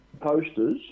posters